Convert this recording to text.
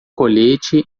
colete